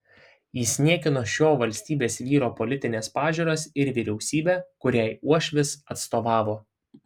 jis niekino šio valstybės vyro politines pažiūras ir vyriausybę kuriai uošvis atstovavo